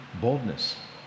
boldness